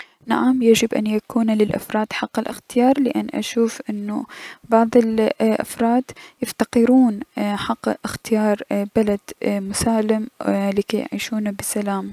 نعم يجب ان يكون للأفراد حق الأختيار لأن اشوف انو بعض الأفراد يفتقرون اي- حق الأختيار ببلد مسالم اي- لكي يعيشون بسلام.